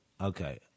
okay